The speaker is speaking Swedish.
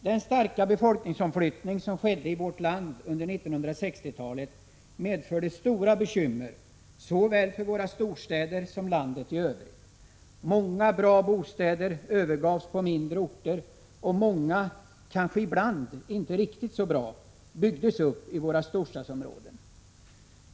Den starka befolkningsomflyttning som skedde i vårt land under 1960-talet medförde stora bekymmer för såväl våra storstäder som för landet i övrigt. Många bra bostäder på mindre orter övergavs och många kanske ibland inte 81 riktigt så bra bostäder byggdes upp i våra storstadsområden.